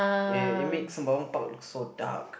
ya it makes Sembawang Park look so dark